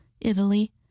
Italy